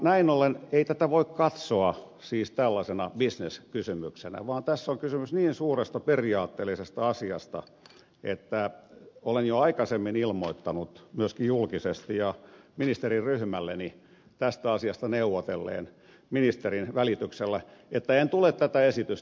näin ollen tätä ei voi katsoa tällaisena bisneskysymyksenä vaan tässä on kysymys niin suuresta periaatteellisesta asiasta että olen jo aikaisemmin ilmoittanut myöskin julkisesti ja ministeriryhmälleni tästä asiasta neuvotelleen ministerin välityksellä eteen tulee koko esitys